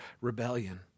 rebellion